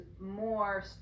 more